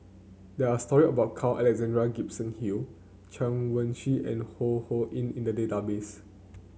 there are story about Carl Alexander Gibson Hill Chen Wen Hsi and Ho Ho Ying in the database